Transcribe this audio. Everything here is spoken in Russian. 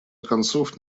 концов